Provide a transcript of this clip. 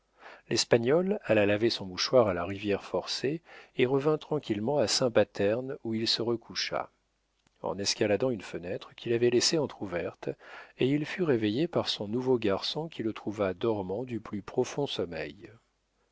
l'espagnol alla laver son mouchoir à la rivière forcée et revint tranquillement à saint paterne où il se recoucha en escaladant une fenêtre qu'il avait laissée entr'ouverte et il fut réveillé par son nouveau garçon qui le trouva dormant du plus profond sommeil